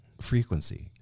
frequency